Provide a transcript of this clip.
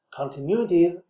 continuities